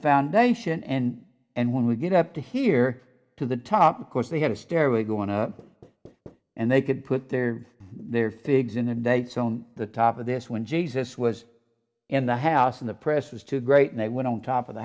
foundation and and when we get up to here to the top of course they had a stairway going up and they could put their their thigs inundates on the top of this when jesus was in the house in the press was too great and they went on top of the